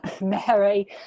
Mary